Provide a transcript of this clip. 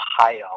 Ohio